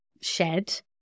shed